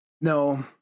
No